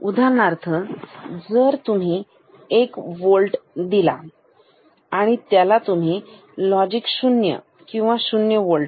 उदाहरणार्थ जर तुम्ही एक वोल्ट दिला आणि त्याला तुम्ही लॉजिक 0 किंवा शून्य वोल्ट